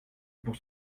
pour